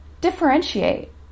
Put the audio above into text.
differentiate